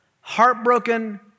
heartbroken